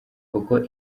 uko